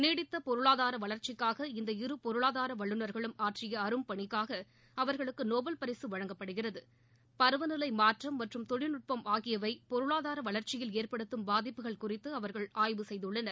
நீடித்த பொருளாதார வளர்ச்சிக்காக இந்த இரு பொருளாதார வல்லுநர்களும் ஆற்றிய அரும்பணிக்காக அவர்களுக்கு நோபல் பரிக வழங்கப்படுகிறதுபருவநிலை மாற்றம் மற்றும் தொழில்நுட்பம் ஆகியவை பொருளாதார வளர்ச்சியில் ஏற்படுத்தும் பாதிப்புகள் குறித்து அவர்கள் ஆய்வு செய்துள்ளனர்